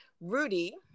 Rudy